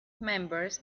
members